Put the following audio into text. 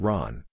Ron